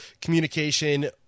communication